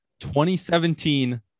2017